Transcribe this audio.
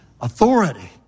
authority